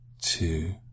Two